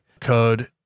code